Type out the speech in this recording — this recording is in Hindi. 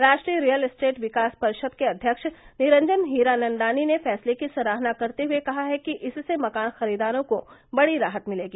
राष्ट्रीय रियल एस्टेट विकास परिषद के अध्यक्ष निरंजन हीरानंदानी ने फैसले की सराहना करते हुए कहा है कि इससे मकान खरीददारों को बड़ी राहत मिलेगी